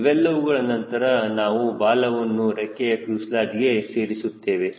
ಇವೆಲ್ಲವುಗಳ ನಂತರ ನಾವು ಬಾಲವನ್ನು ರೆಕ್ಕೆಯನ್ನು ಫ್ಯೂಸೆಲಾಜ್ಗೆ ಸೇರಿಸುತ್ತೇವೆ